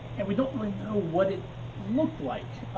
and we don't really know what it looked like.